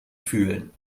fühlen